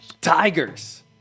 Tigers